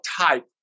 type